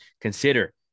consider